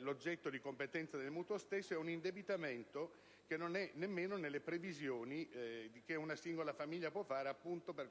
l'oggetto di competenza del mutuo stesso; vi è un indebitamento che non è nelle previsioni di una singola famiglia, proprio per